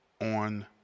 on